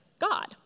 God